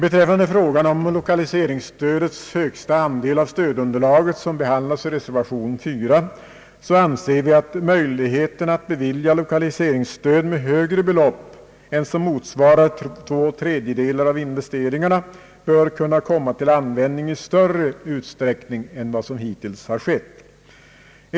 Beträffande frågan om lokaliseringsstödets högsta andel av stödunderlaget, som behandlas i reservation 4, anser vi att möjligheten att bevilja lokaliseringsstöd med högre belopp än som motsvarar två tredjedelar av investeringarna bör kunna komma till användning i större utsträckning än vad som hittills skett.